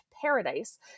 Paradise